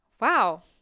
wow